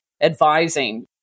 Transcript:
Advising